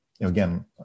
again